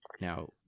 now